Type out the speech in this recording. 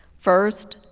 first,